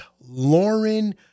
Lauren